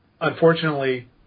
Unfortunately